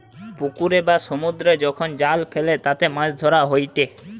পুকুরে বা সমুদ্রে যখন জাল ফেলে তাতে মাছ ধরা হয়েটে